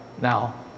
now